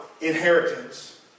inheritance